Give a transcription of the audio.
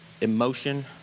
emotion